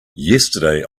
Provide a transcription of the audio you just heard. yesterday